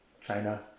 China